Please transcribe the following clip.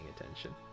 attention